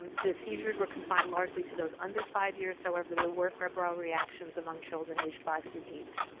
um the seizures were confined largely to those under five years, however, there were febrile reactions among children aged five through eight.